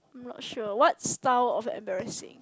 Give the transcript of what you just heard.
not sure what style of embarrassing